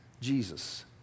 Jesus